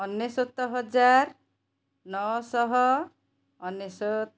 ଅନେଶତହଜାର ନଅଶହଅନେଶତ